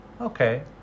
okay